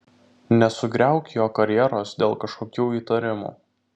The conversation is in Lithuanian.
nesugriauk jo karjeros dėl kažkokių įtarimų